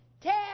ten